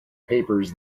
papers